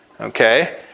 Okay